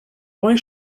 why